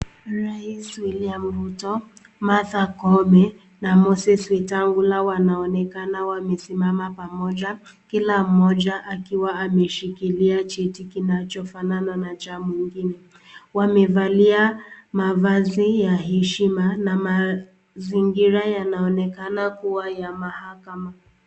Raisi Wiliam Ruto, Martha Koome na Moses Wetangula wanaonekana wamesimama pamoja. Kila mmoja akiwa ameshikilia cheti kinachofanana na cha mwingine. Wamevalia mavazi ya heshima na mazingira yanaonekana kuwa ya mahakama.